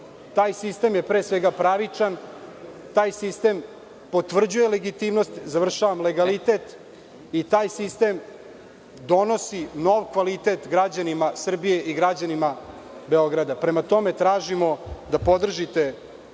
Taj sistem je, pre svega, pravičan, taj sistem potvrđuje legitimnost…(Predsednik: Vreme.)… završavam, legalitet i taj sistem donosi nov kvalitet građanima Srbije i građanima Beograda. Prema tome, tražimo da podržite